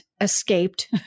escaped